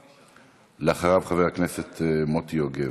אחריו, חבר הכנסת מוטי יוגב.